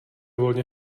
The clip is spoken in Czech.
volně